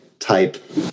type